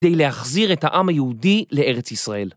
כ‫די להחזיר את העם היהודי לארץ ישראל.